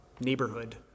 neighborhood